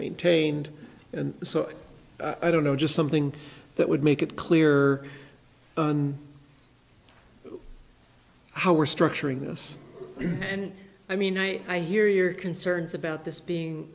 maintained and so i don't know just something that would make it clear on how we're structuring this and i mean i i hear your concerns about this being